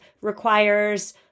requires